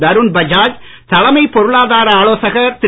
தருண் பஜாஜ் தலைமை பொருளாதார ஆலோசகர் திரு